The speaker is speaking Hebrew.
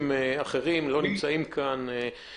אחרים שאינם נמצאים כאן ולא יכולים להתגונן.